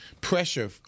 pressure